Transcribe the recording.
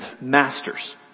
masters